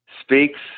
speaks